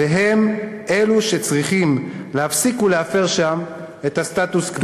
והם אלה שצריכים להפסיק ולהפר שם את הסטטוס-קוו.